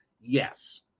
Yes